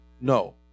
No